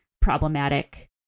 problematic